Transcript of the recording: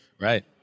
Right